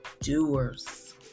doers